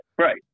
right